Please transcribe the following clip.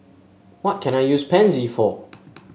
what can I use Pansy for